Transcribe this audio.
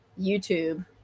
YouTube